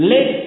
Let